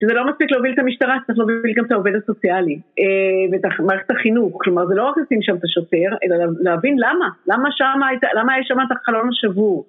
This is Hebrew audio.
שזה לא מספיק להוביל את המשטרה, צריך להוביל גם את העובדת הסוציאלית ואת מערכת החינוך, כלומר זה לא רק לשים שם את השוטר, אלא להבין למה למה שם הייתה, למה יש שם את החלון השבור